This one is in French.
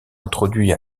introduit